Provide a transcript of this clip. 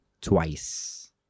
twice